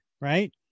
right